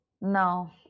No